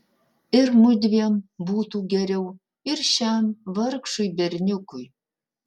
ir mudviem būtų geriau ir šiam vargšui berniukui